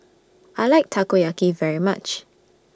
I like Takoyaki very much